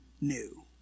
new